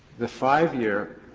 the five year